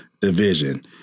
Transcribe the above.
division